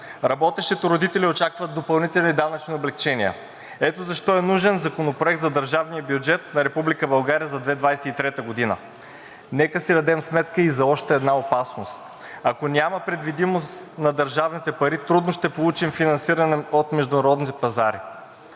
Работещите родители очакват допълнителни данъчни облекчения. Ето защо е нужен Законопроект за държавния бюджет на Република България за 2023 г. Нека си дадем сметка и за още една опасност. Ако няма предвидимост на държавните пари, трудно ще получим финансиране от международните пазари